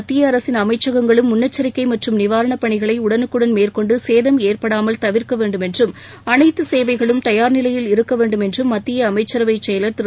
மத்தியஅரசின் அமைச்சகங்களும் முன்னெச்சரிக்கைமற்றும் மாநில அரசுகுளம் நிவாரணபணிகளைஉடனுக்குடன் மேற்கொண்டுசேதம் ஏற்படாமல் தவிர்க்கவேண்டும் என்றும் அனைத்துசேவைகளும் தயார்நிலையில் இருக்கவேண்டும் என்றும் மத்தியஅமைச்சரவைசெயலர் திரு